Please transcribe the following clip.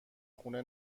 خونه